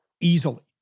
easily